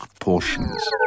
portions